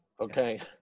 Okay